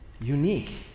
Unique